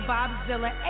Bobzilla